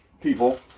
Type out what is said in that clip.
people